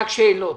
רק שאלות.